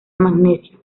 magnesio